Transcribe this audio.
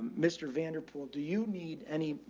mr vanderpool, do you need any,